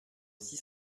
six